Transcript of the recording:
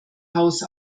haus